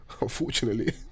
Unfortunately